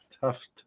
tough